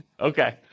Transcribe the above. Okay